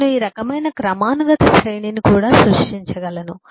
నేను ఈ రకమైన క్రమానుగత శ్రేణిని కూడా సృష్టించగలను